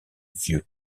vieux